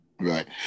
Right